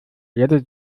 erde